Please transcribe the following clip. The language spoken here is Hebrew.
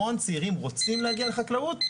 המון צעירים רוצים להגיע לחקלאות,